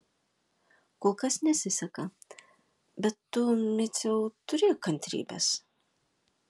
kol kas nesiseka bet tu miciau turėk kantrybės